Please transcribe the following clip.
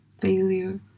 failure